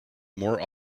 more